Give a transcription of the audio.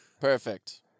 Perfect